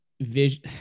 vision